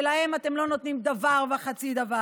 שלהן אתם לא נותנים דבר וחצי דבר?